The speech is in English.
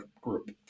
group